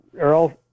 Earl